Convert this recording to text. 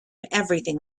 everything